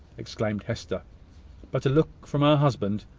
exclaimed hester but a look from her husband,